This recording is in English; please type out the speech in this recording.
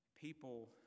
people